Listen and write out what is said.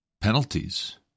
penalties